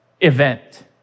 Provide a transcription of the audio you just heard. event